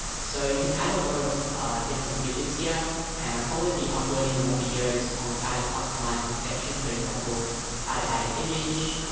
so you can add a lot of different widgets here and i'll probably be uploading more videos on how to customize this section here, for example how to add an image,